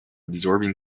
absorbing